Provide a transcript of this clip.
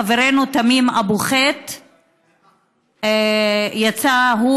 חברנו תמים אבו-חיט יצא בשלום,